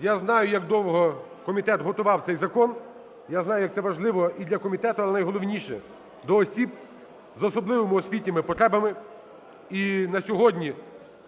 Я знаю, як довго комітет готував цей закон. Я знаю як це важливо і для комітету, але найголовніше до осіб з особливими освітніми потребами. І на сьогодні,